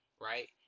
right